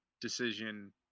decision